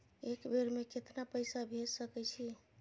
एक बेर में केतना पैसा भेज सके छी?